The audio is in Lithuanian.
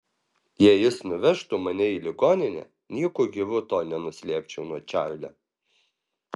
jei jis nuvežtų mane į ligoninę nieku gyvu to nenuslėpčiau nuo čarlio